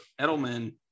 Edelman